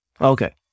Okay